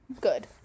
good